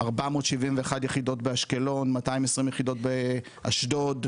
471 יחידות באשקלון, 220 יחידות באשדוד.